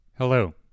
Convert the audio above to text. Hello